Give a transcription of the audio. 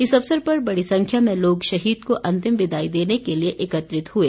इस अवसर पर बड़ी संख्या में लोग शहीद को अंतिम विदाई देने के लिए एकत्रित हुए